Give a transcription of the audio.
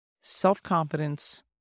self-confidence